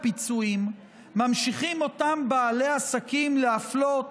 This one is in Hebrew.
הפיצויים ממשיכים אותם בעלי עסקים להפלות